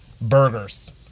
burgers